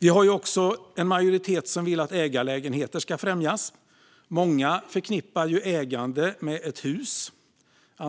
Det finns också en majoritet som vill att ägarlägenheter ska främjas. Många förknippar ägande med ett hus,